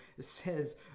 says